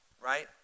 right